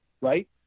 right